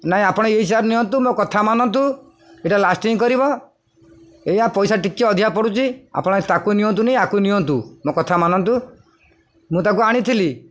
ନାଇଁ ଆପଣ ଏଇ ଚେୟାର୍ ନିଅନ୍ତୁ ମୋ କଥା ମାନନ୍ତୁ ଏଇଟା ଲାଷ୍ଟିଂ କରିବ ଏୟା ପଇସା ଟିକେ ଅଧିକା ପଡ଼ୁଛି ଆପଣ ତାକୁ ନିଅନ୍ତୁନି ୟାକୁ ନିଅନ୍ତୁ ମୋ କଥା ମାନନ୍ତୁ ମୁଁ ତାକୁ ଆଣିଥିଲି